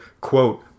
quote